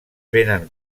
vénen